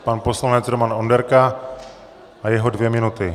Pan poslanec Roman Onderka a jeho dvě minuty.